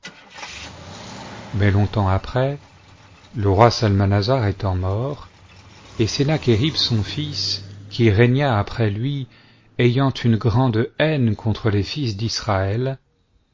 mais longtemps après le roi sa raauasar étant mort et sennacliénb bon fils qui régna après lui ayant une grande haine contre les fils d'israël